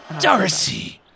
Darcy